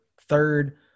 third